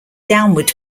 downward